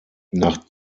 nach